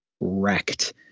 wrecked